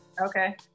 Okay